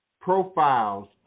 profiles